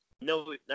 No